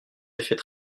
effets